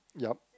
yup